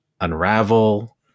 Unravel